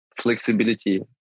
flexibility